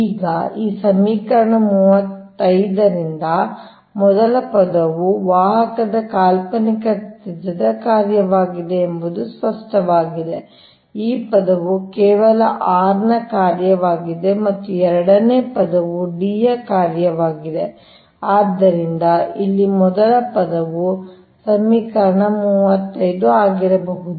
ಈಗ ಈ ಸಮೀಕರಣ 35 ರಿಂದ ಮೊದಲ ಪದವು ವಾಹಕದ ಕಾಲ್ಪನಿಕ ತ್ರಿಜ್ಯದ ಕಾರ್ಯವಾಗಿದೆ ಎಂಬುದು ಸ್ಪಷ್ಟವಾಗಿದೆ ಈ ಪದವು ಕೇವಲ r ನ ಕಾರ್ಯವಾಗಿದೆ ಮತ್ತು ಎರಡನೇ ಪದವು D ಯ ಕಾರ್ಯವಾಗಿದೆ ಆದ್ದರಿಂದ ಇಲ್ಲಿ ಮೊದಲ ಪದವು ಆ ಸಮೀಕರಣ 35 ಆಗಿರಬಹುದು